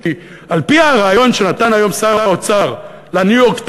כי על-פי הריאיון שנתן היום שר האוצר ל"ניו-יורק טיימס",